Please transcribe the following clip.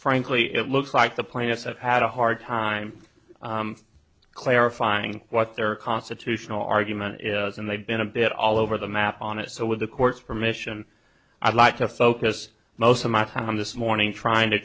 frankly it looks like the planets have had a hard time clarifying what their constitutional argument is and they've been a bit all over the map on it so with the court's permission i'd like to focus most of my time on this morning trying to